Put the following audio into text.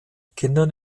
kindern